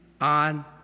on